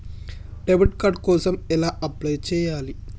Debit card కోసం ఎలా apply చేయాలి?